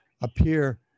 appear